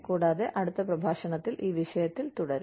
കൂടാതെ അടുത്ത പ്രഭാഷണത്തിൽ ഈ വിഷയത്തിൽ തുടരും